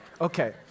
Okay